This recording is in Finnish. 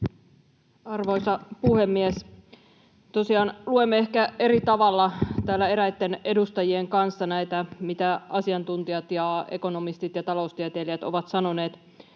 Arvoisa puhemies! Tosiaan luemme ehkä eri tavalla täällä eräitten edustajien kanssa näitä, mitä asiantuntijat ja ekonomistit ja taloustieteilijät ovat sanoneet.